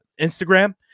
Instagram